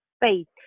Faith